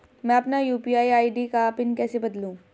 मैं अपनी UPI ID का पिन कैसे बदलूं?